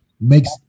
makes